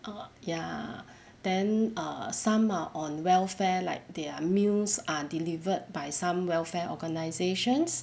err ya then err some are on welfare like their meals are delivered by some welfare organisations